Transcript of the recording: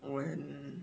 when